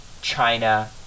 china